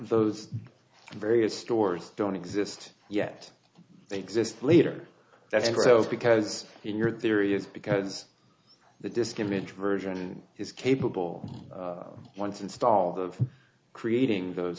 those various stores don't exist yet they exist later that's so because in your theory it's because the disk image version is capable once installed of creating those